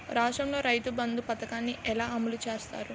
రాష్ట్రంలో రైతుబంధు పథకాన్ని ఎలా అమలు చేస్తారు?